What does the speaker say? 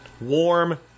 Warm